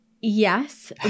Yes